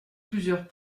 plusieurs